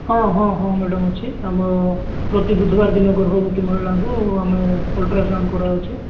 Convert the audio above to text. ହଁ ହଁ ହଁ ମ୍ୟାଡ଼ାମ୍ ଅଛି ଆମ ପ୍ରତି ବୁଧୁବାର ଦିନ ଗର୍ଭବତୀ ମହିଳାଙ୍କୁ ଆମେ ଅଲ୍ଟ୍ରାସାଉଣ୍ଡ୍ କରାଯାଉଛି